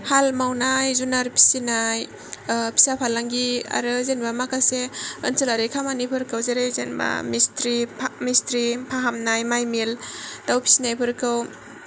हाल मावनाय जुनार फिसिनाय फिसा फालांगि आरो जेनोबा माखासे ओनसोलारि खामानिफोरखौ जेरै जेनोबा मिस्थ्रि फा मिस्थ्रि फाहामनाय माइ मिल दाउ फिसिनायफोरखौ